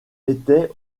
était